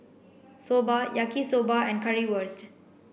Soba Yaki Soba and Currywurst